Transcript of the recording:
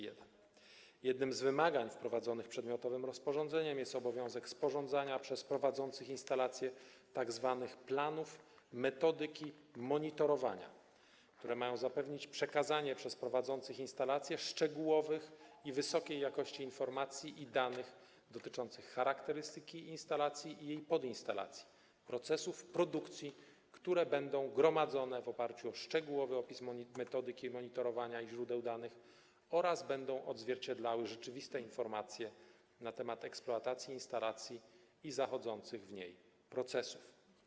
Jednym z wymagań wprowadzonych przedmiotowym rozporządzeniem jest obowiązek sporządzania przez prowadzących instalacje tzw. planów metodyki monitorowania, które mają zapewnić przekazanie przez prowadzących instalacje szczegółowych i wysokiej jakości informacji i danych dotyczących charakterystyki instalacji i jej podinstalacji, procesów produkcji, które będą gromadzone w oparciu o szczegółowy opis metodyki monitorowania i źródeł danych oraz będą odzwierciedlały rzeczywiste informacje na temat eksploatacji instalacji i zachodzących w niej procesów.